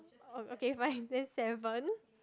oh okay fine that's seven